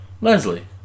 Leslie